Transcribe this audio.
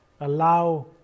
Allow